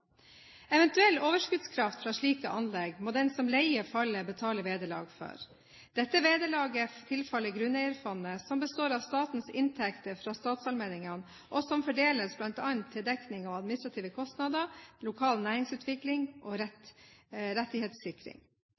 Eventuell overskuddskraft fra slike anlegg må den som leier fallet, betale vederlag for. Dette vederlaget tilfaller grunneierfondet, som består av statens inntekter fra statsallmenningene, og som fordeles bl.a. til dekning av administrative kostnader, lokal næringsutvikling og rettighetssikring.